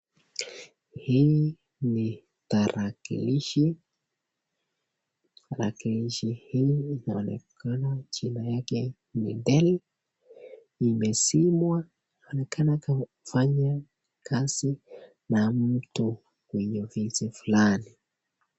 Hii ni tarakishi, Tarakilishi hii yanaonekana jina yake ni L imesimwa inaonekana inafanya kazi na mtu kwenye ofisi flani.